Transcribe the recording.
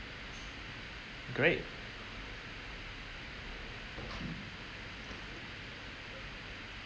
great